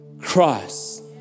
Christ